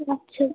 রাখছি